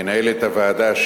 מנהלת הוועדה,